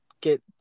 get